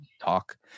talk